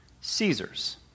Caesar's